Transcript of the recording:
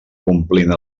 complint